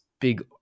big